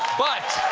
but